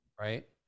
right